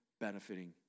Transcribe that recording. benefiting